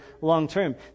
long-term